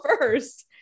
first